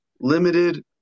limited